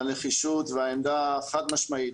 על נחישות והעמדה חד-משמעית,